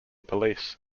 police